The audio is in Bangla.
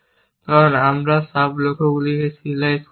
কারণ আমরা সাব লক্ষ্যগুলিকে সিরিয়ালাইজ করছি